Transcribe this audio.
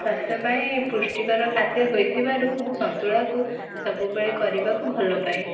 ସ୍ୱାସ୍ଥ୍ୟ ପାଇଁ ପୃଷ୍ଟିକର ଖାଦ୍ୟ ହୋଇଥିବାରୁ ମୁଁ ସନ୍ତୁଳାକୁ ସବୁବେଳେ କରିବାକୁ ଭଲ ପାଏ